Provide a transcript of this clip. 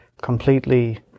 completely